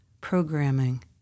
programming